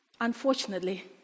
Unfortunately